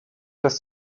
des